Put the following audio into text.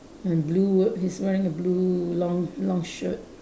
and blue he's wearing a blue long long shirt